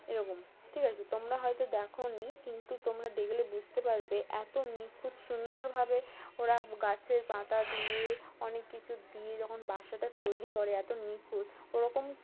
এরকম ঠিক আছে তোমরা হয়তো দেখো নি কিন্তু তোমরা দেখলে বুঝতে পারবে এতো নিখুঁত সুন্দরভাবে ওরা গাছের পাতা দিয়ে অনেক কিছু দিয়ে যখন বাসাটা তৈরি করে এত নিখুঁত ওরকম